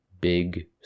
big